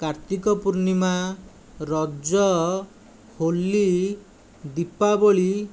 Kartik Purnima Raja Holi Deepavali